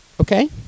Okay